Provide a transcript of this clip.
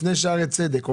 לפני שערי צדק,